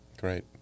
Great